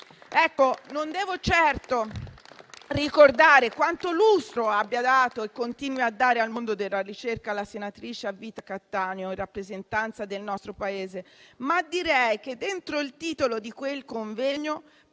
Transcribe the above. Non devo certo ricordare quanto lustro abbia dato e continui a dare al mondo della ricerca la senatrice a vita Cattaneo in rappresentanza del nostro Paese, ma direi che dentro il titolo di quel convegno